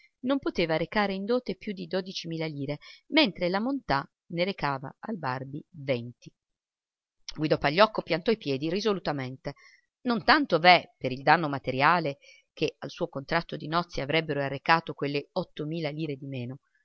non poteva recare in dote più di dodici mila lire mentre la montà ne recava al barbi venti guido pagliocco piantò i piedi risolutamente non tanto veh per il danno materiale che al suo contratto di nozze avrebbero arrecato quelle otto mila lire di meno